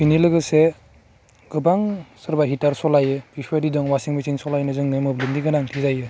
बेनि लोगोसे गोबां सोरबा हिटार सलाइयो बेफोर बायदि दं वाशिं मेचिन सालाइनो मोब्लिबनि गोनांथि जायो